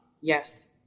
Yes